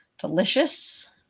delicious